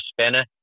spinner